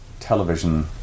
television